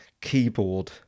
keyboard